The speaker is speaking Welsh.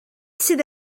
sydd